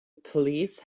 police